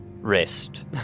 Rest